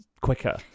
quicker